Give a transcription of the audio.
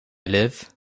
live